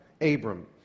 Abram